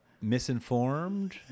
misinformed